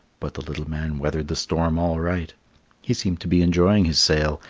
but the little man weathered the storm all right he seemed to be enjoying his sail,